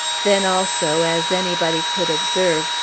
then, also, as anybody could observe,